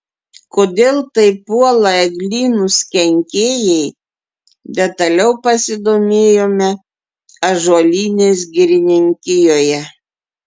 kodėl taip puola eglynus kenkėjai detaliau pasidomėjome ąžuolynės girininkijoje